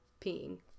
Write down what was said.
peeing